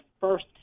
first